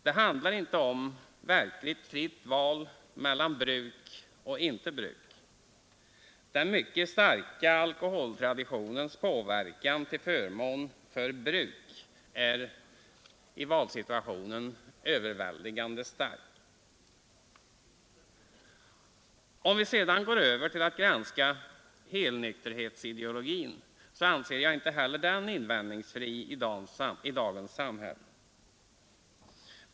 Det handlar inte om ett verkligt fritt val mellan bruk och icke bruk; den mycket starka alkoholtraditionens påverkan till förmån för bruk är i valsituationen överväldigande stark. Om vi sedan övergår till att granska helnykterhetsideologin, så anser jag inte heller denna invändningsfri i dagens samhälle.